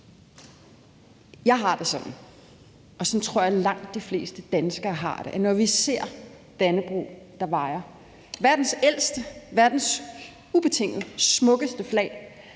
Jeg har det sådan, og sådan tror jeg langt de fleste danskere har det, at når vi ser Dannebrog, der vajer – verdens ældste og verdens ubetinget smukkeste flag